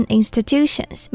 institutions